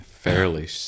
Fairly